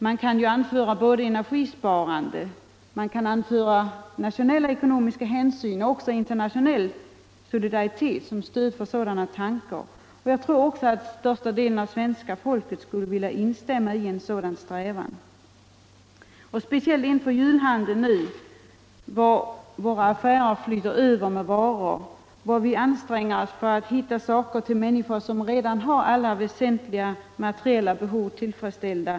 Man kan ju anföra såväl energisparande som nationella ekonomiska hänsyn och internationell solidaritet som stöd för sådana tankar. Jag tror också att största delen av svenska folket skulle vilja ansluta sig till strävanden av det här slaget. Speciellt nu inför julhandeln flödar våra affärer över av varor, och vi anstränger oss för att hitta saker till människor som redan har alla väsentliga materiella behov tillfredsställda.